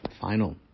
final